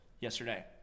yesterday